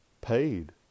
paid